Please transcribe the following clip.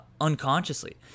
unconsciously